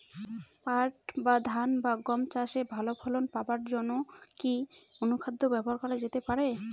পাট বা ধান বা গম চাষে ভালো ফলন পাবার জন কি অনুখাদ্য ব্যবহার করা যেতে পারে?